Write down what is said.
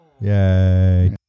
Yay